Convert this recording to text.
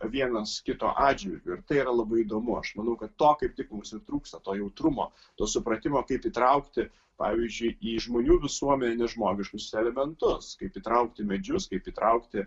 vienas kito atžvilgiu ir tai yra labai įdomu aš manau kad to kaip tik mums ir trūksta to jautrumo to supratimo kaip įtraukti pavyzdžiui į žmonių visuomenę žmogiškus elementus kaip įtraukti medžius kaip įtraukti